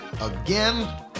again